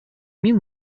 мин